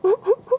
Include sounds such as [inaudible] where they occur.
[laughs]